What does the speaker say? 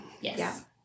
Yes